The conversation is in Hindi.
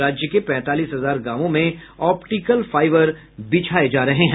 राज्य के पैंतालीस हजार गांवों में ऑप्टिकल फाइबर बिछाये जा रहे हैं